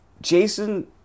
Jason